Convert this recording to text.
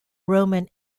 roman